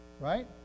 Right